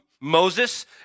Moses